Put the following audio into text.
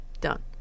done